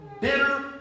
bitter